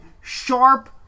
sharp